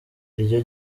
iryo